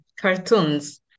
cartoons